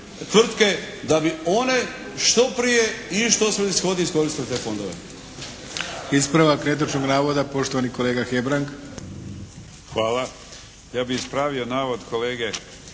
da bi one što prije i što svrsishodnije iskoristili te fondove.